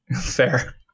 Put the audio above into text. Fair